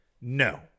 No